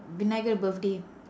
vinayagar birthday